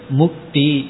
mukti